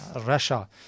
Russia